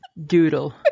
doodle